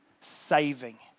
saving